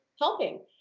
helping